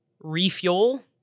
refuel